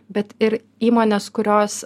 bet ir įmones kurios